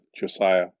josiah